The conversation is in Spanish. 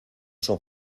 son